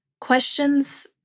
Questions